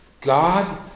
God